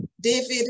David